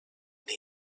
indi